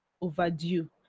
overdue